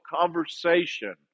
conversation